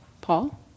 Paul